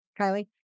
Kylie